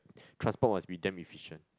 transport must be damn efficient